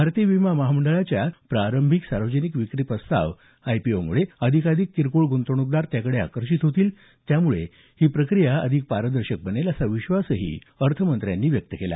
भारतीय विमा महामंडळाच्या प्रारंभिक सार्वजनिक विक्री प्रस्ताव आयपीओम्ळे अधिकाधिक किरकोळ ग्रंतवणूकदार याकडे आकर्षित होतील त्यामुळे ही प्रक्रिया अधिक पारदर्शक बनेल असा विश्वासही अर्थमंत्र्यांनी व्यक्त केलं